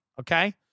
okay